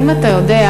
האם אתה יודע,